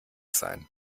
sein